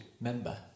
member